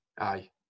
Aye